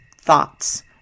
thoughts